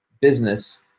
business